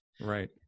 right